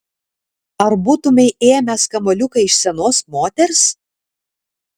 ar būtumei ėmęs kamuoliuką iš senos moters